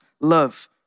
love